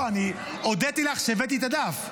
אני הודיתי לך שהבאת לי את הדף.